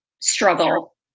struggle